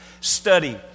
study